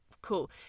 cool